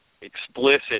explicit